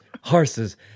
Horses